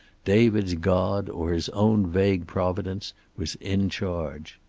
david's god or his own vague providence, was in charge.